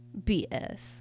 bs